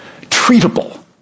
treatable